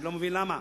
אני לא מבין למה,